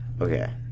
okay